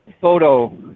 photo